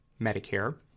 Medicare